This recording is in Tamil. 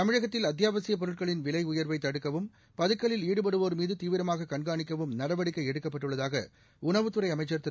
தமிழகத்தில் அத்தியாவசியப் பொருட்களின் விலை உயர்வை தடுக்கவும் பதுக்கலில் ஈடுபடுபவோா் மீது தீவிரமாக கண்காணிக்கவும் நடவடிக்கை எடுக்கப்பட்டுள்ளதாக உணவுத்துறை அமைச்சர் திரு